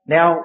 Now